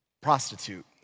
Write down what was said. prostitute